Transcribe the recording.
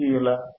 ఎందుకు ఇలా